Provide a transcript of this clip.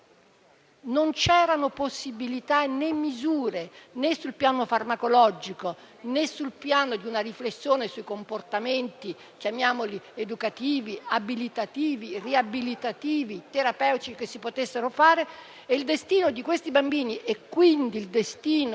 Non c'erano possibilità né misure, né sul piano farmacologico né sul piano di una riflessione sui comportamenti chiamiamoli educativi, abilitativi, riabilitativi e terapeutici che si potessero prendere. Il destino di questi bambini, e quindi il destino